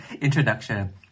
introduction